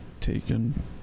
taken